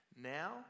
Now